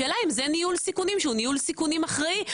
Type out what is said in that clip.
השאלה אם זה ניהול סיכונים שהוא ניהול סיכונים אחראי,